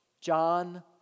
John